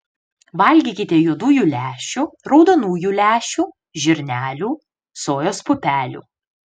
valgykite juodųjų lęšių raudonųjų lęšių žirnelių sojos pupelių